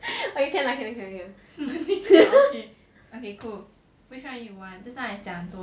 okay can lah can lah can lah okay cool which one you want just now I 讲很多了